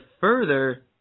further